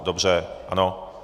Dobře, ano.